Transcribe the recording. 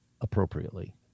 appropriately